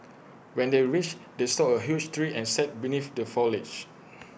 when they reached they saw A huge tree and sat beneath the foliage